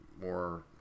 more